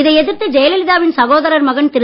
இதை எதிர்த்து ஜெயலலிதா வின் சகோதரர் மகன் திரு